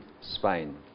Spain